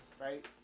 right